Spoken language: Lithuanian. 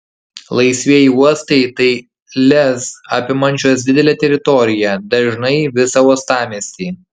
laisvieji uostai tai lez apimančios didelę teritoriją dažnai visą uostamiestį